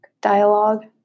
Dialogue